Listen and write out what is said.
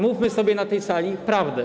Mówmy sobie na tej sali prawdę.